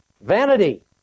vanity